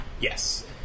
Yes